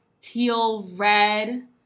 teal-red